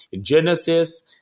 Genesis